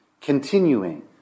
continuing